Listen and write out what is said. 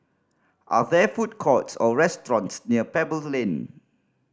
are there food courts or restaurants near Pebble's Lane